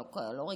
הם לא רגילים,